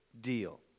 deal